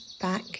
back